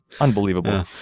unbelievable